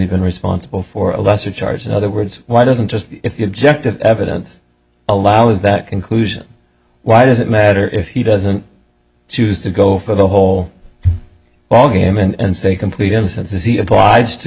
been responsible for a lesser charge in other words why doesn't just if the objective evidence allows that conclusion why does it matter if he doesn't choose to go for the whole ballgame and say complete innocence as he applies to